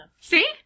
See